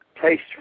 Taste